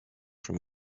from